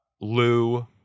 Lou